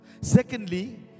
Secondly